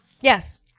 Yes